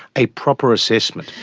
a proper assessment.